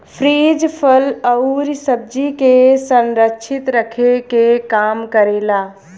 fridge फल अउरी सब्जी के संरक्षित रखे के काम करेला